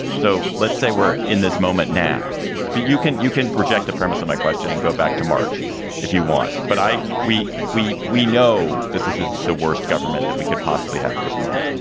so let's say we're in this moment now for you. can you can project the premise of my question and go back to march if you want. but i we we we know that this is the worst government that we could possibly have at this moment.